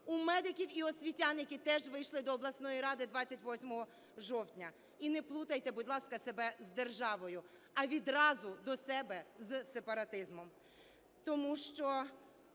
у медиків і освітян, які теж вийшли до обласної ради 28 жовтня. І не плутайте, будь ласка, себе з державою, а відразу до себе – з сепаратизмом.